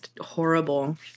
horrible